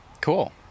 Cool